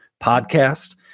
podcast